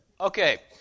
Okay